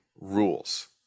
rules